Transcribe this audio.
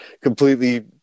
completely